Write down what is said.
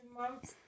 months